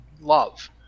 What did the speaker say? love